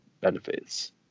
benefits